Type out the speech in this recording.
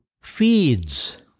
feeds